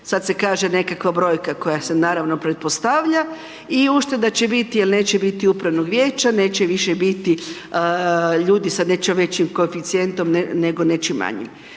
sad se kaže nekakva brojka, koja se naravno pretpostavlja i ušteda će biti jer neće biti upravnog vijeća, neće više biti ljudi sa nešto većim koeficijentom nego nečim manjim.